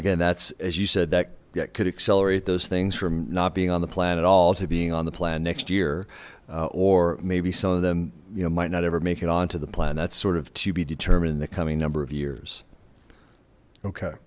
again that's as you said that that could accelerate those things from not being on the plan at all to being on the plan next year or maybe some of them you know might not ever make it on to the plan that's sort of to be determined in the coming number of years okay